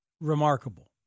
Remarkable